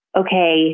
okay